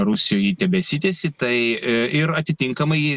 rusijoj ji tebesitęsia tai ir atitinkamai